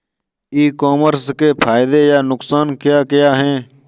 ई commerce के फायदे या नुकसान क्या क्या हैं?